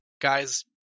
guys